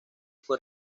fue